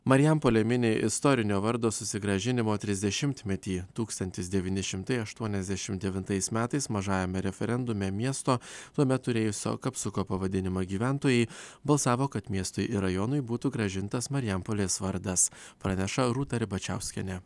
marijampolė mini istorinio vardo susigrąžinimo trisdešimtmetį tūkstantis devyni šimtai aštuoniasdešim devintais metais mažajame referendume miesto tuomet turėjusio kapsuko pavadinimą gyventojai balsavo kad miestui ir rajonui būtų grąžintas marijampolės vardas praneša rūta ribačiauskienė